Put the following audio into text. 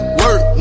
work